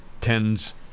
tens